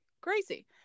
Crazy